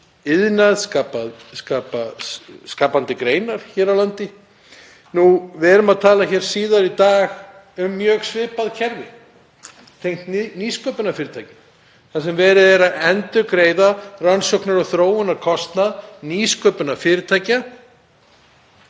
skapandi greinar hér á landi. Við tölum síðar í dag um mjög svipað kerfi tengt nýsköpunarfyrirtækjum þar sem verið er að endurgreiða rannsóknar- og þróunarkostnað nýsköpunarfyrirtækja